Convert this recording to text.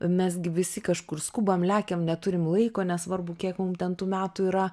mes gi visi kažkur skubam lekiam neturim laiko nesvarbu kiek mum ten tų metų yra